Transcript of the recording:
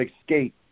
escape